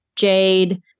Jade